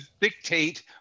dictate